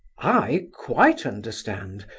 i quite understand.